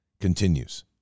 continues